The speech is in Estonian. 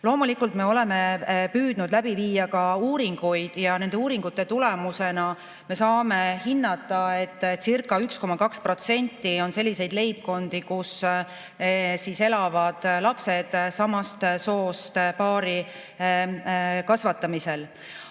Loomulikult me oleme püüdnud läbi viia ka uuringuid ja nende uuringute tulemusena me saame hinnata, etcirca1,2% on selliseid leibkondi, kus elavad lapsed samast soost paari kasvatamisel.